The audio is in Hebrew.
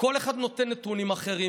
כל אחד נותן נתונים אחרים.